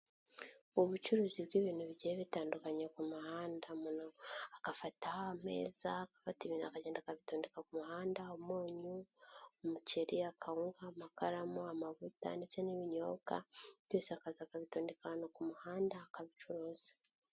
Ubucuruzi bw'ibintu bigiye bitandukanye ku muhanda. Umuntu agafata ameza, agafata ibintu akagenda akabitondeka ku muhanda, umunyu, umuceri, akawuha, amakaramu, amavuta ndetse n'ubunyobwa, byose akaza akabitondeka ahantu ku muhanda, akabicuruza.